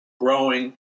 growing